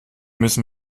müssen